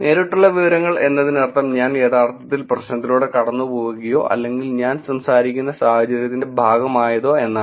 നേരിട്ടുള്ള വിവരങ്ങൾ എന്നതിനർത്ഥം ഞാൻ യഥാർത്ഥത്തിൽ പ്രശ്നത്തിലൂടെ കടന്നുപോകുകയോ അല്ലെങ്കിൽ ഞാൻ സംസാരിക്കുന്ന സാഹചര്യത്തിന്റെ ഭാഗമായാതോ എന്നാണ്